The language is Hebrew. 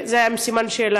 זה היה עם סימן שאלה.